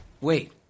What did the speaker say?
wait